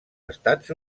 estats